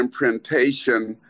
imprintation